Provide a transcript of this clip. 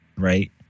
Right